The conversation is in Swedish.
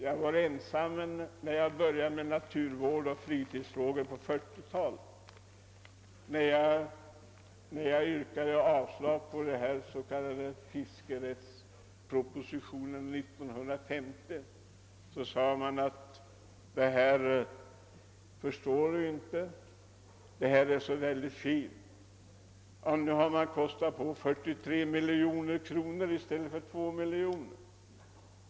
Jag var ensam när jag började med naturvårdsoch fritidsfrågor på 1940 talet. Och då jag yrkade avslag på den s.k. fiskerättspropositionen år 1950 sade man att det här förstår du inte — det här är så väldigt fint. Nu har man kostat på 43 miljoner kronor i stället för beräknade 2 miljoner kronor!